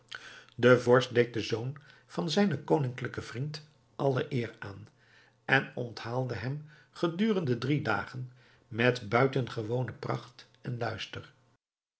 de vorst deed den zoon van zijnen koninklijken vriend alle eer aan en onthaalde hem gedurende drie dagen met buitengewone pracht en luister